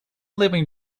living